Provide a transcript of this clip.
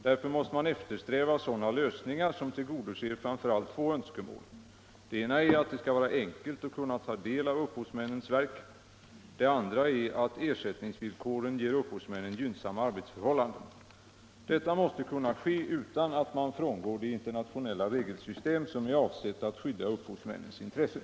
Därför måste man eftersträva sådana lösningar som tillgodoser framför allt två önskemål. Det ena är att det skall vara enkelt att kunna ta del av upphovsmännens verk. Det andra är att ersättningsvillkoren ger upphovsmännen gynnsamma arbetsförhållanden. Detta måste kunna ske utan att man frångår det internationella regelsystem som är avsett att skydda upphovsmännens intressen.